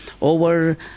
over